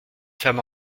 femme